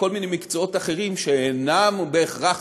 וכל מיני מקצועות אחרים שאינם בהכרח